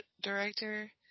director